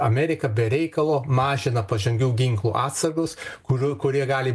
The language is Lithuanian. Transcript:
amerika be reikalo mažina pažangių ginklų atsargos kurių kurie gali